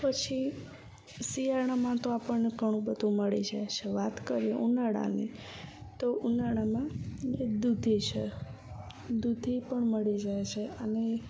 પછી શિયાળામાં તો આપણને ઘણું બધું મળી જાય છે વાત કરીએ ઉનાળાની તો ઉનાળામાં દૂધી છે દૂધી પણ મળી જાય છે અને